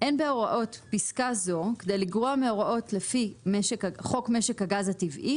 אין בהוראות פסקה זו כדי לגרוע מהוראות לפי חוק משק הגז הטבעי,